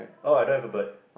oh I don't have a bird